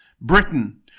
Britain